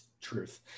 Truth